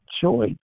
choice